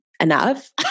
enough